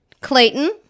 clayton